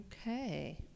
okay